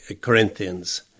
Corinthians